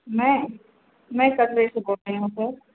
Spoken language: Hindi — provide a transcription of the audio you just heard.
मैं मैं कटरे से बोल रही हूँ सर